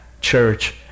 church